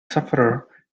sufferer